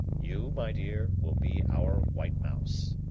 you, my dear, will be our white mouse.